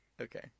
Okay